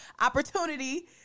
opportunity